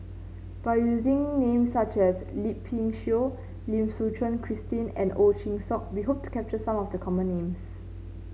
by using names such as Yip Pin Xiu Lim Suchen Christine and Ow Chin Hock we hope to capture some of the common names